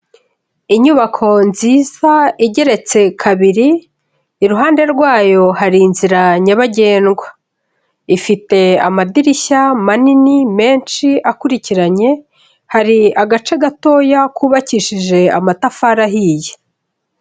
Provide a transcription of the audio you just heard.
Inyubako nziza igeretse kabiri, iruhande rwayo hari inzira nyabagendwa. Ifite amadirishya manini, menshi akurikiranye, hari agace gatoya kubakishije amatafari ahiye.